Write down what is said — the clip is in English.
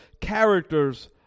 characters